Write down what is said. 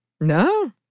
No